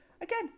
Again